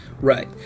Right